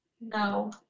No